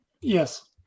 yes